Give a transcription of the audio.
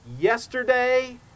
yesterday